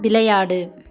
விளையாடு